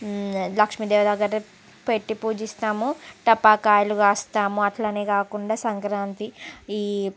లక్ష్మిదేవి దగ్గర పెట్టి పూజిస్తాము టపాకాయలు కాలుస్తాము అట్లనే కాకుండా సంక్రాంతి ఈ